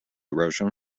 erosion